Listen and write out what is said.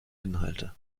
inhalte